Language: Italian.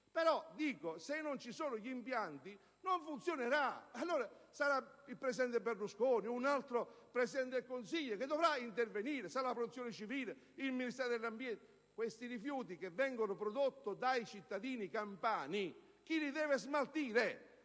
che se non ci sono gli impianti, il problema non si risolverà. Allora sarà il presidente Berlusconi o un altro Presidente del Consiglio che dovrà intervenire, sarà la Protezione civile, il Ministero dell'ambiente, ma questi rifiuti che vengono prodotti dai cittadini campani chi li deve smaltire?